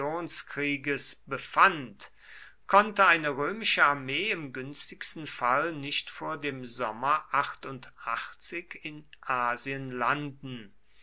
befand konnte eine römische armee im günstigsten fall nicht vor dem sommer in asien landen